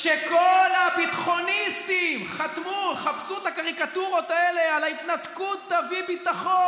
כשגירשו את חבריי ואת משפחתי מגוש קטיף,